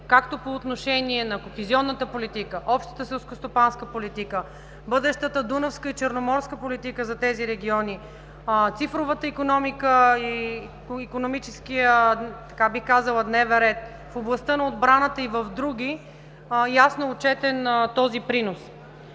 както по отношение на кохезионната политика, общата селскостопанска политика, бъдещата дунавска и черноморска политика за тези региони, цифровата икономика по икономическия дневен ред, в областта на отбраната и в други – ясно е отчетен този принос.